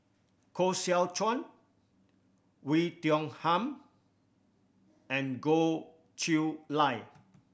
Koh Seow Chuan We Tiong Ham and Goh Chiew Lye